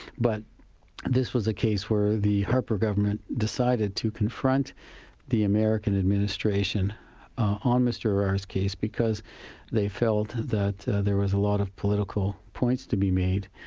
but this was a case were the harper government decided to confront the american administration on mr arar's case because they felt that there was a lot of political points to be made,